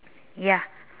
ya